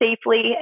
safely